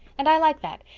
and i like that,